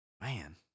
man